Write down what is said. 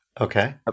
Okay